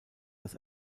das